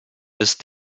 ist